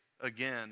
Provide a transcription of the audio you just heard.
again